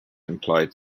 employed